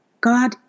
God